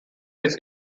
its